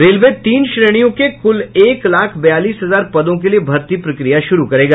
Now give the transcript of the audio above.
railway तीन श्रेणियों के कुल एक लाख बयालीस हजार पदों के लिये भर्ती प्रक्रिया शुरू करेगा